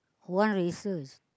one races